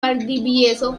valdivieso